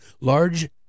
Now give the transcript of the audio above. Large